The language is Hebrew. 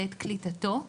בעת קליטתו.